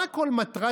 מה כל מטרת